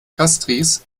castries